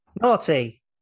naughty